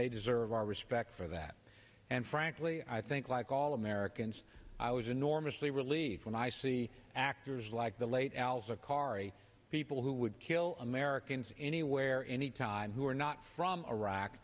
they deserve our respect for that and frankly i think like all americans i was enormously relieved when i see actors like the late alza cari people who would kill americans anywhere any time who are not from iraq